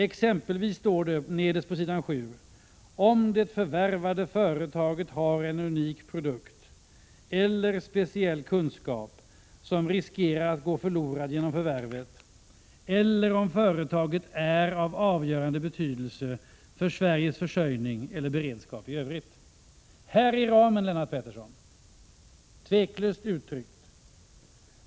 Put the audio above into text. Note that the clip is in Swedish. Det står exempelvis på s. 7: ”-— —-om det förvärvade företaget har en unik produkt eller speciell kunskap som riskerar att gå förlorad genom förvärvet eller om företaget är av avgörande betydelse för Sveriges försörjning eller beredskap i övrigt.” Här är ramen, Lennart Pettersson, tveklöst uttryckt!